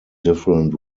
different